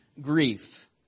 grief